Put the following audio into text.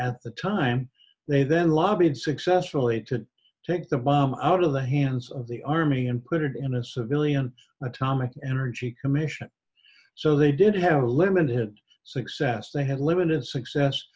at the time they then lobbied successfully to take the bomb out of the hands of the army and put it in a civilian atomic energy commission so they did have a limited success they had limited success